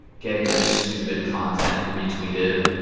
getting your stupid content retweeted.